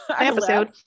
episode